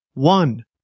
One